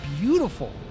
beautiful